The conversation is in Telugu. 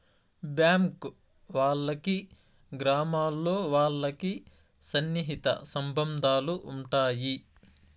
బ్యాంక్ వాళ్ళకి గ్రామాల్లో వాళ్ళకి సన్నిహిత సంబంధాలు ఉంటాయి